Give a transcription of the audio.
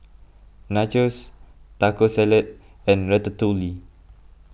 Nachos Taco Salad and Ratatouille